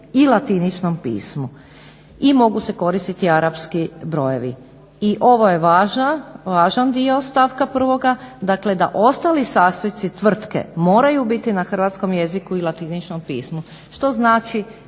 i latiničnom pismu. I mogu se koristiti arapski brojevi. I ovo je važan dio stavka 1., dakle da ostali sastojci tvrtke moraju biti na hrvatskom jeziku i latiničnom pismu što znači